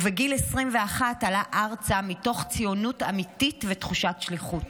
ובגיל 21 עלה ארצה מתוך ציונות אמיתית ותחושת שליחות.